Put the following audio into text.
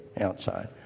outside